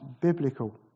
biblical